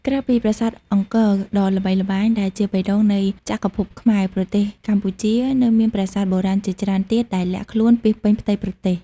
ក្រៅពីប្រាសាទអង្គរដ៏ល្បីល្បាញ ដែលជាបេះដូងនៃចក្រភពខ្មែរ ប្រទេសកម្ពុជានៅមានប្រាសាទបុរាណជាច្រើនទៀតដែលលាក់ខ្លួនពាសពេញផ្ទៃប្រទេស។